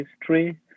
history